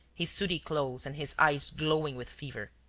his sooty clothes and his eyes glowing with fever.